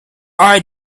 are